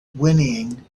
whinnying